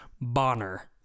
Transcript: Bonner